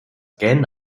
gähnen